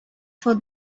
for